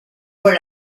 word